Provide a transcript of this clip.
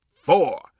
four